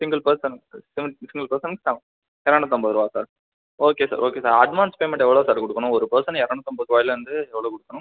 single பர்சனுக்கு single பர்சனுக்கு seven இரநூத்தம்பதுரூவா sir okay sir okay sir advance payment எவ்வளோ சார் கொடுக்கனும் ஒரு பர்சன் இரநூத்தம்பது ரூவாய்லேந்து எவ்வளோ கொடுக்குனும்